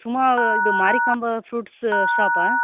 ಸುಮ ಇದು ಮಾರಿಕಾಂಬ ಫ್ರೂಟ್ಸ್ ಷಾಪಾ